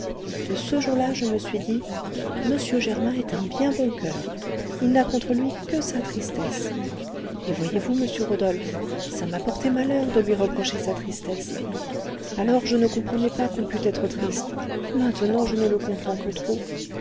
de ce jour-là je me suis dit m germain est un bien bon coeur il n'a contre lui que sa tristesse et voyez-vous monsieur rodolphe ça m'a porté malheur de lui reprocher sa tristesse alors je ne comprenais pas qu'on pût être triste maintenant je ne le comprends que trop